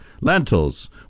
Lentils